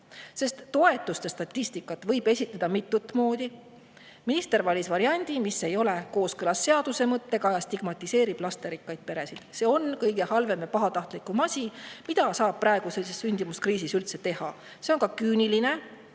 lastest. Toetuste statistikat võib esitada mitut moodi. Minister valis variandi, mis ei ole kooskõlas seaduse mõttega ja stigmatiseerib lasterikkaid peresid. See on kõige halvem ja pahatahtlikum asi, mida saab praeguses sündimuskriisis üldse teha. See on ka küüniline